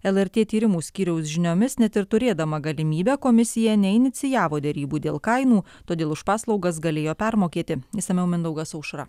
lrt tyrimų skyriaus žiniomis net ir turėdama galimybę komisija neinicijavo derybų dėl kainų todėl už paslaugas galėjo permokėti išsamiau mindaugas aušra